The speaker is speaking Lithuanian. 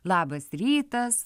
labas rytas